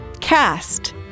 cast